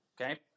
Okay